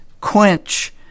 quench